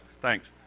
Thanks